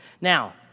Now